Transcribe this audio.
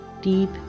deep